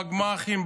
בגמ"חים,